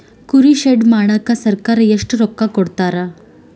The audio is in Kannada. ಕುರಿ ಶೆಡ್ ಮಾಡಕ ಸರ್ಕಾರ ಎಷ್ಟು ರೊಕ್ಕ ಕೊಡ್ತಾರ?